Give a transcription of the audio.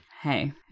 hey